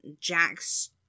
jacks